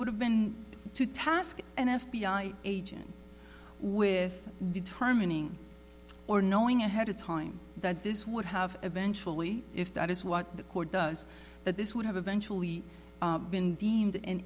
would have been to task an f b i agent with determining or knowing ahead of time that this would have eventually if that is what the court does that this would have eventually been deemed an